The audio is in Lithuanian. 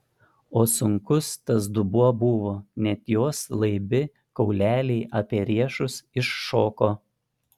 o sunkus tas dubuo buvo net jos laibi kauleliai apie riešus iššoko